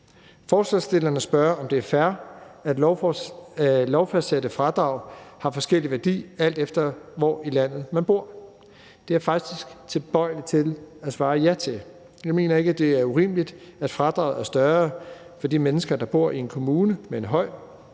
Forslagsstillerne spørger, om det er fair, at lovfastsatte fradrag har forskellig værdi, alt efter hvor i landet man bor. Det er jeg faktisk tilbøjelig til at svare ja til. Jeg mener ikke, at det er urimeligt, at fradraget er større for de mennesker, der bor i en kommune med en høj